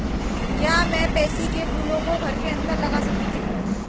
क्या मैं पैंसी कै फूलों को घर के अंदर लगा सकती हूं?